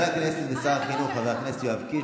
לכנסת ושר החינוך חבר הכנסת יואב קיש,